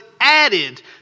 added